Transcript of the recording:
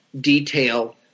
detail